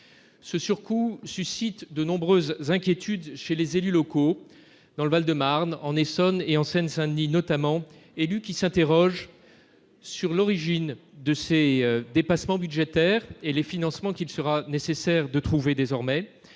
ce surcoût suscite de nombreuses inquiétudes chez les élus locaux, dans le Val-de-Marne en Essonne et en Seine Saint-Denis notamment élu qui s'interroge sur l'origine de ces dépassements budgétaires et les financements qu'il sera nécessaire de trouver désormais